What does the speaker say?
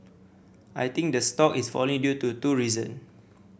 I think the stock is falling due to two reason